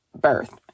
birth